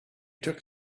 took